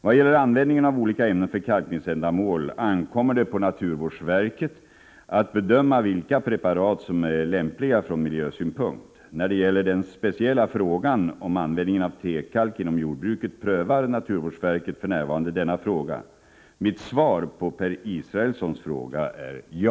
Vad gäller användningen av olika ämnen för kalkningsändamål ankommer det på naturvårdsverket att bedöma vilka preparat som är lämpliga från minska kadmiumhalten i åkermarken miljösynpunkt. När det gäller den speciella frågan om användningen av T-kalk inom jordbruket prövar naturvårdsverket för närvarande denna fråga. Mitt svar på Per Israelssons fråga är ja.